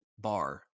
bar